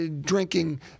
drinking